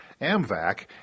Amvac